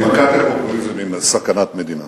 מכת הפופוליזם זה מכת מדינה.